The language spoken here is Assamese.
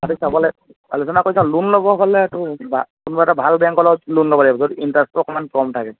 খালি চাবলৈ আলোচনা কৰিছা লোন ল'ব হ'লেতো কিবা কোনোবা এটা ভাল বেংকৰ লগত লোন ল'ব লাগিব য'ত ইণ্টাৰেষ্টটো অকমান কম থাকে